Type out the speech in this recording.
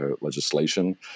legislation